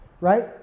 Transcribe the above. right